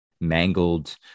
Mangled